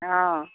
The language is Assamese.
অঁ